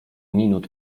minut